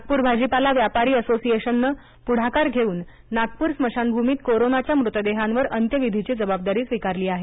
नागापूर भाजीपाला व्यापारी असोसिएशननं पुढाकार घेऊन नागापूर स्मशानभूमीत कोरोनाच्या मृतदेहावर अंत्यविधीची जबाबदारी स्वीकारली आहे